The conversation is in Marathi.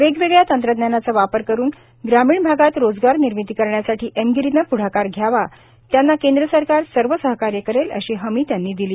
वेगवेगळ्या तंत्रज्ञानाचा वापर करून ग्रामीण भागात रोजगार निर्मिती करण्यासाठी एमगिरीने प्ढाकार घ्यावा त्यांना केंद्र सरकार सर्व सहकार्य करेल अशी हमी त्यांनी दिली